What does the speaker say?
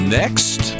next